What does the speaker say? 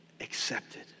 accepted